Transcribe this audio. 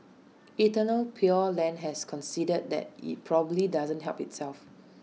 eternal pure land has conceded that IT probably didn't help itself